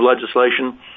legislation